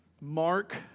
Mark